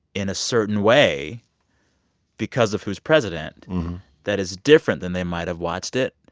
in a certain way because of who's president that is different than they might have watched it